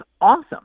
awesome